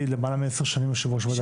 למעלה מעשר שנים יושב ראש ועדה מקומית.